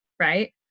right